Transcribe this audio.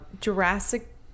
Jurassic